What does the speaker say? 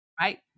Right